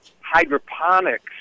hydroponics